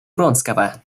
вронского